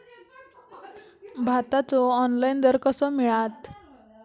भाताचो ऑनलाइन दर कसो मिळात?